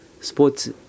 Sports